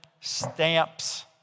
stamps